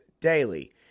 daily